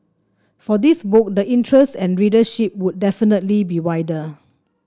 for this book the interest and readership would definitely be wider